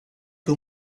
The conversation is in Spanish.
que